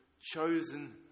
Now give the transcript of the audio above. chosen